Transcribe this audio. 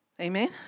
Amen